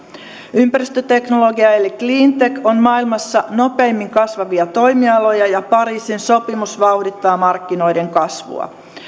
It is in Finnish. ympäristöteknologia eli cleantech on maailmassa nopeimmin kasvavia toimialoja ja pariisin sopimus vauhdittaa markkinoiden kasvua